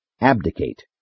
abdicate